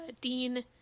Dean